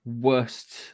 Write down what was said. worst